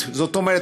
זאת אומרת,